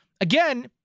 again